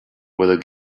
where